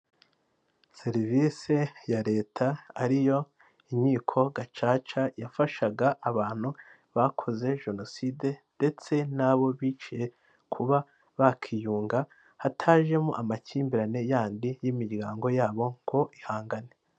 Serivisi ya leta ariyo inkiko gacaca yafashaga abantu bakoze jenoside, ndetse n'abo biciye kuba bakiyunga hatajemo amakimbirane yandi y'imiryango yabo ngo ihangane.